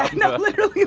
no, literally, yeah